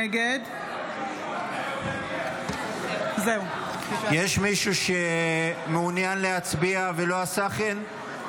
נגד יש מישהו שמעוניין להצביע ולא עשה כן?